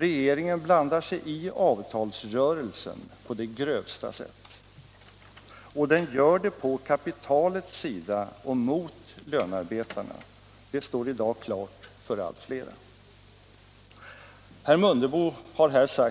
Regeringen blandar sig i avtalsrörelsen på det grövsta sätt. Och den gör det på kapitalets sida och mot lönarbetarna; det står i dag klart för allt flera. Herr Mundebo har här